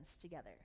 together